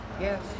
Yes